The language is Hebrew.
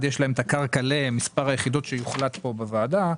יש להם את הקרקע למספר היחידות שיוחלט כאן בוועדה,